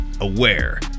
aware